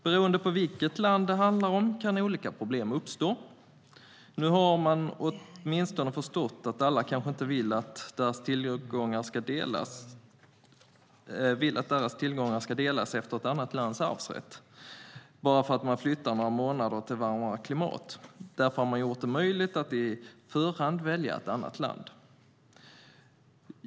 Beroende på vilket land det handlar om kan olika problem uppstå. Nu har man åtminstone förstått att alla kanske inte vill att deras tillgångar ska fördelas efter ett annat lands arvsrätt, bara för att man flyttar några månader om året till varmare klimat. Därför har man gjort det möjligt att i förhand välja ett annat land.